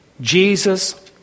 Jesus